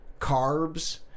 carbs